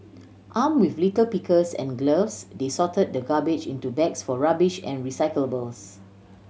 arm with litter pickers and gloves they sorted the garbage into bags for rubbish and recyclables